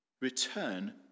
Return